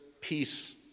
peace